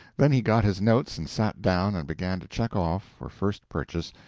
then he got his notes and sat down and began to check off, for first purchase,